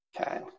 Okay